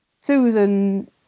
Susan